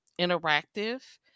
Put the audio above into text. interactive